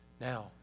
Now